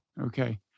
Okay